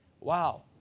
wow